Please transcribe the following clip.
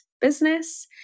business